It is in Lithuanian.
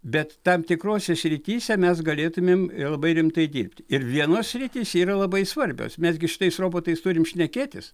bet tam tikrose srityse mes galėtumėm labai rimtai dirbti ir vienos sritys yra labai svarbios mes gi šitais robotais turim šnekėtis